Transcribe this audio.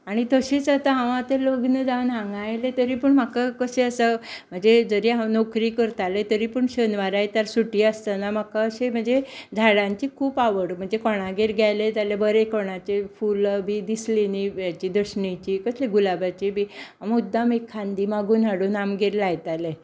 आनी तशीच आता हांव आता लग्न जावन हांगां आयलें तरी पूण म्हाका कशें आसा म्हजे जरी हांव नोकरी करताले तरी पूण शेनवार आयतार सुटी आसताना म्हाका अशें म्हणजे झाडांची खूब आवड म्हणजे कोणागेर गेले जाल्या बरे कोणाचे फूल बी दिसली न्ही हेची दसणीची कसली गुलबाची बी मुद्दाम एक खांदी मागून हाडून आमगेर लायतालें